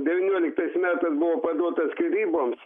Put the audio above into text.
devynioliktais metais buvo paduota skyryboms